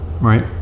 right